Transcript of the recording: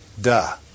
duh